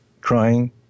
crying